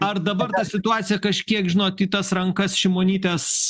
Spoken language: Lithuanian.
ar dabar ta situacija kažkiek žinot į tas rankas šimonytės